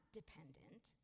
dependent